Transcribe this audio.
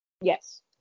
Yes